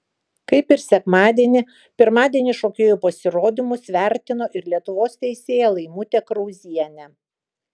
kaip ir sekmadienį pirmadienį šokėjų pasirodymus vertino ir lietuvos teisėja laimutė krauzienė